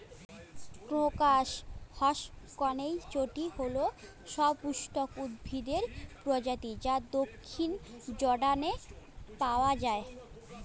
crocus হসকনেইচটি হল সপুষ্পক উদ্ভিদের প্রজাতি যা দক্ষিণ জর্ডানে পাওয়া য়ায়